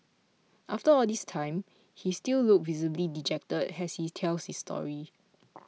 after all this time he still looks visibly dejected as he tells this story